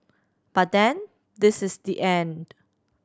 but then this is the end